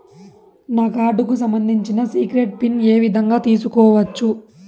నా కార్డుకు సంబంధించిన సీక్రెట్ పిన్ ఏ విధంగా తీసుకోవచ్చు?